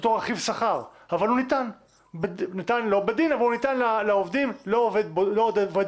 אין לנו עמדה מקצועית בעניין הזה,